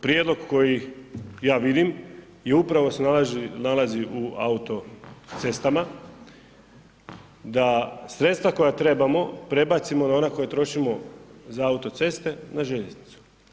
Prijedlog koji ja vidim i upravo se nalazi u autocestama, da sredstva koja trebamo prebacimo na onda koja trošimo za autoceste na željeznicu.